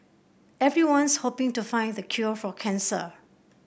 everyone's hoping to find the cure for cancer